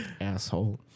Asshole